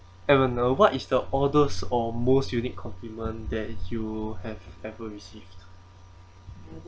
evan uh what is the oddest or most unique compliment that you have ever received